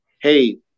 hey